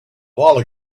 while